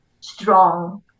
strong